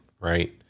right